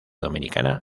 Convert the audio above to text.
dominicana